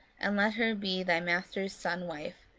and let her be thy master's son's wife,